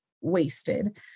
wasted